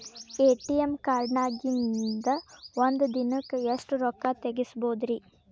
ATM ಕಾರ್ಡ್ನ್ಯಾಗಿನ್ದ್ ಒಂದ್ ದಿನಕ್ಕ್ ಎಷ್ಟ ರೊಕ್ಕಾ ತೆಗಸ್ಬೋದ್ರಿ?